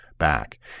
back